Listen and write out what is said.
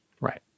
Right